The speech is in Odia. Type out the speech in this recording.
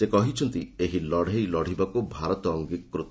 ସେ କହିଛନ୍ତି ଏହି ଲଢ଼େଇ ଲଢ଼ିବାକୁ ଭାରତ ଅଙ୍ଗିକୃତ